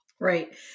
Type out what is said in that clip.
Right